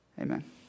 Amen